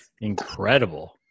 Incredible